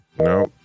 No